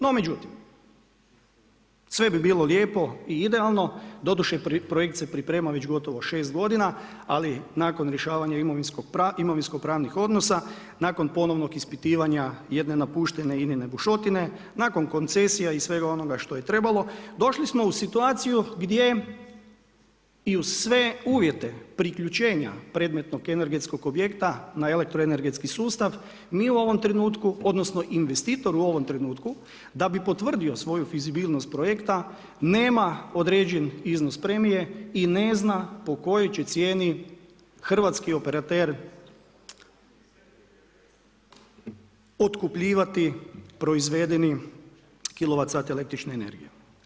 No međutim, sve bi bilo lijepo i idealno, doduše projekt se priprema već gotovo šest godina, ali nakon rješavanja imovinsko pravnih odnosa, nakon ponovnog ispitivanja jedne napuštene INA-ne bušotine, nakon koncesija i svega onoga što je trebalo došli smo u situaciju gdje i uz sve uvjete priključenja predmetnog energetskog objekta na elektroenergetski sustava, investitor u ovom trenutku da bi potvrdio svoju fizibilnost projekta nema određen iznos premije i ne zna po kojoj će cijeni hrvatski operater otkupljivati proizvedeni kilovat sat električne energije.